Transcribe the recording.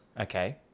Okay